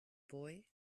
boy